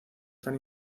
tan